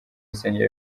rusengero